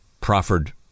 proffered